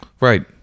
Right